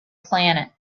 planet